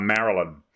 Maryland